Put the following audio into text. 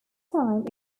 time